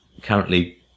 currently